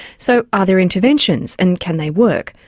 so are there interventions and can they work?